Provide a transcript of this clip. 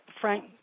Frank